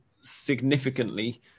significantly